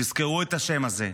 תזכרו את השם הזה,